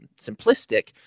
simplistic